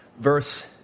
Verse